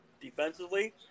defensively